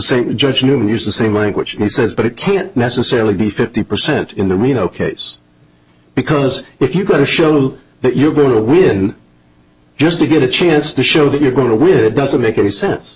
same judge noone use the same language he says but it can't necessarily be fifty percent in the reno case because if you've got a show that you're going to win just to get a chance to show that you're going to win it doesn't make any sense